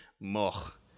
Moch